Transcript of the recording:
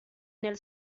nel